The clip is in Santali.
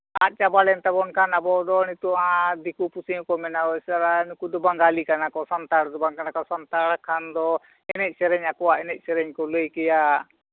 ᱟᱫ ᱪᱟᱵᱟ ᱞᱮᱱ ᱛᱟᱵᱳᱱ ᱠᱷᱟᱱ ᱟᱵᱚ ᱫᱚ ᱱᱤᱛᱚᱜ ᱦᱟᱸᱜ ᱫᱤᱠᱩ ᱯᱩᱥᱤ ᱦᱚᱸᱠᱚ ᱢᱮᱱᱟ ᱚ ᱥᱟᱞᱟ ᱱᱩᱠᱩ ᱫᱚ ᱵᱟᱝᱜᱟᱞᱤ ᱠᱟᱱᱟ ᱠᱚ ᱥᱟᱱᱛᱟᱲ ᱫᱚ ᱵᱟᱝ ᱠᱟᱱᱟ ᱠᱚ ᱥᱟᱱᱛᱟᱲ ᱠᱷᱟᱱ ᱫᱚ ᱮᱱᱮᱡ ᱥᱮᱹᱨᱮᱹᱧ ᱟᱠᱚᱣᱟᱜ ᱮᱱᱮᱡ ᱥᱮᱹᱨᱮᱹᱧ ᱠᱚ ᱞᱟᱹᱭ ᱠᱮᱭᱟ